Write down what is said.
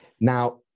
Now